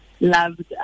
loved